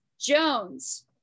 Jones